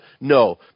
No